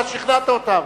אתה שכנעת אותם.